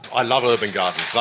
i love urban gardens,